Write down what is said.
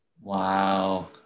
Wow